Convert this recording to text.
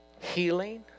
healing